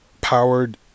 powered